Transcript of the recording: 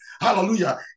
Hallelujah